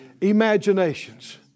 imaginations